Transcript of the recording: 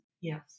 Yes